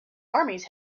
armies